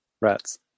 Rats